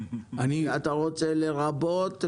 אתה רוצה לכתוב "לרבות"?